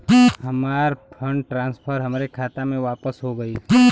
हमार fund transfer हमरे खाता मे वापस हो गईल